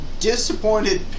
disappointed